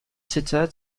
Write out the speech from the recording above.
sitter